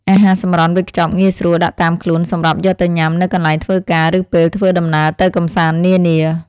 អាហារសម្រន់វេចខ្ចប់ងាយស្រួលដាក់តាមខ្លួនសម្រាប់យកទៅញ៉ាំនៅកន្លែងធ្វើការឬពេលធ្វើដំណើរទៅកម្សាន្តនានា។